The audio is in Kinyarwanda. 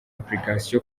application